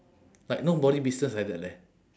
like nobody business like that leh